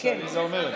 מה שעליזה אומרת.